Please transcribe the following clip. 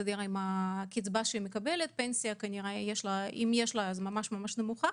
הקצבה שהיא מקבלת, אם יש לה פנסיה היא ממש נמוכה